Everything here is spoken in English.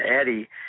Eddie